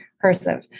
cursive